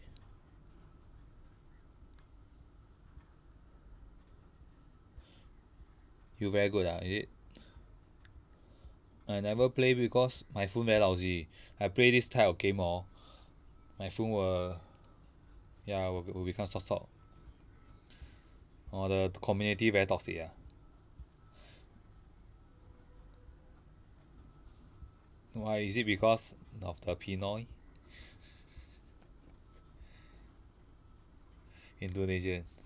you very good ah is it I never play because my phone very lousy I play this type of game orh my phone will ya will will become sot sot orh the community very toxic ah why is it because of the pinoy indonesian